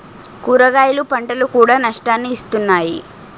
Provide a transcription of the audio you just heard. కూరగాయల పంటలు కూడా నష్టాన్ని ఇస్తున్నాయి